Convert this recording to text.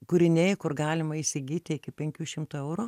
kūriniai kur galima įsigyti iki penkių šimtų eurų